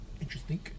Interesting